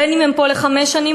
בין אם הם פה לחמש שנים,